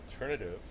alternative